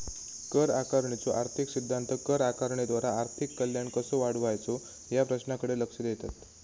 कर आकारणीचो आर्थिक सिद्धांत कर आकारणीद्वारा आर्थिक कल्याण कसो वाढवायचो या प्रश्नाकडे लक्ष देतत